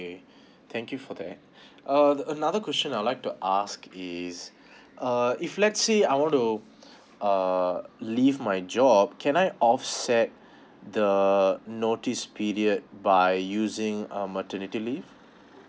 okay thank you for that uh another question I'd like to ask is uh if let's say I want to uh leave my job can I offset the notice period by using a maternity leave